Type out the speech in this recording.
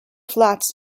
flats